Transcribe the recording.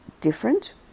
different